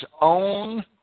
own